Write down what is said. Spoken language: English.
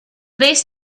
bass